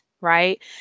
right